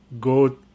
go